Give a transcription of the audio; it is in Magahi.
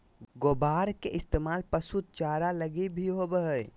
ग्वार के इस्तेमाल पशु चारा लगी भी होवो हय